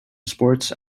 sports